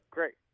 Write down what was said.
Great